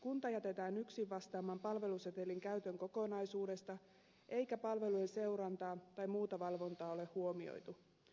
kunta jätetään yksin vastaamaan palvelusetelin käytön kokonaisuudesta eikä palvelujen seurantaa tai muuta valvontaa ole huomioitu